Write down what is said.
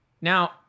now